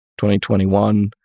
2021